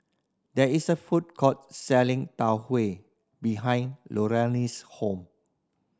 there is a food court selling Tau Huay behind Luann's hall